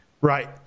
Right